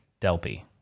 Delpy